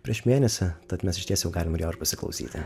prieš mėnesį tad mes išties jau galim ir jo pasiklausyti